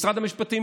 משרד המשפטים?